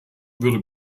würde